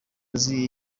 azi